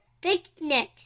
Picnics